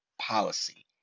policy